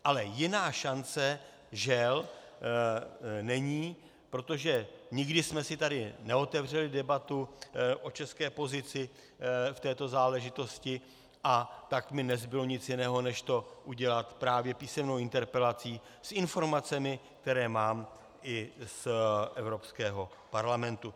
Ale jiná šance, žel, není, protože nikdy jsme si tady neotevřeli debatu o české pozici v této záležitosti, a tak mi nezbylo nic jiného než to udělat právě písemnou interpelací s informacemi, které mám i z Evropského parlamentu.